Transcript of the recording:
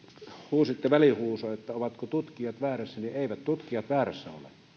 huusitte välihuudon että ovatko tutkijat väärässä eivät tutkijat väärässä ole